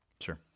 sure